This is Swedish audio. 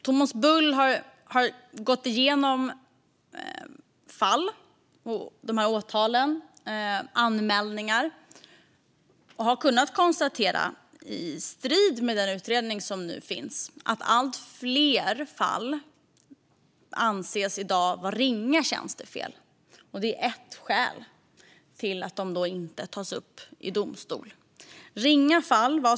Thomas Bull har gått igenom fall, åtal och anmälningar och har i strid med utredningen kunnat konstatera att allt fler fall i dag anses vara ringa tjänstefel. Detta är ett skäl till att de inte tas upp i domstol.